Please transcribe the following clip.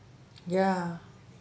ya